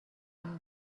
been